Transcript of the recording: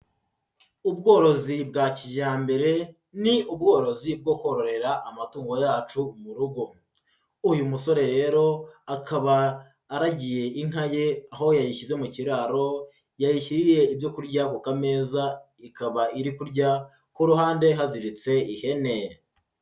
Ubworozi bwa cyijyambere ni ubworozi bwo kororera amatungo yacu mu rugo uyu musore rero akaba aragiye inka ye aho yayishyize mu kiraro yayishyiriye ibyokurya ku kameza ikaba iri kurya k'uruhande haziritse ihene.